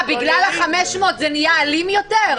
מה, בגלל ה-500 זה נהיה אלים יותר?